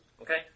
Okay